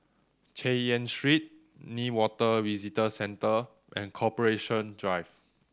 Chay Yan Street Newater Visitor Centre and Corporation Drive